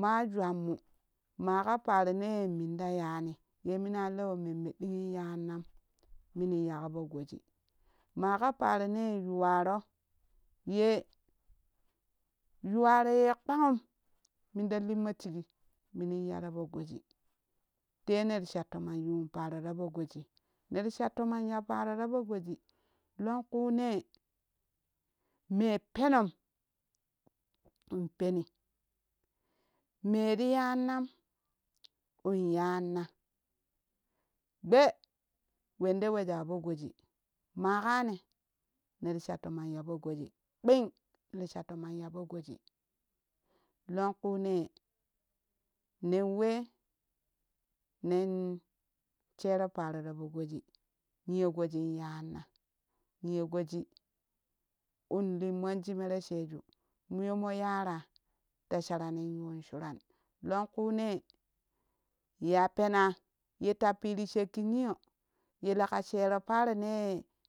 ma jwanmu maka parone minta yani yemina lowi memme ɗingin yannam minin ya ƙa poo goji maka parone yuwaro ye yuwaro yee kpanum minda linmo shigi minin ya ra po goji te yeneti sha tomon yunparo ta po goji neri sha toman ya paro tapo goji lonkune me penom in peni me ri yannam in yanna gbee wende woja po goji maa ka ne neri sha tomon yapo goji kping neri shatoman yapo goji longkune nenwe nen shero paro ra po goji niyo gojin yanna niyo goji unlummon shi mere shej muyomo yaraa ta sharana yun shuran longkune ye ya pena ye tappiti shekki niyo ye leka shero paranee.